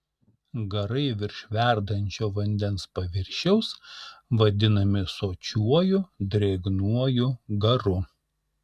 garai virš verdančio vandens paviršiaus vadinami sočiuoju drėgnuoju garu